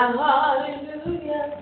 hallelujah